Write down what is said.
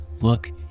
look